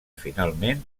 finalment